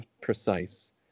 precise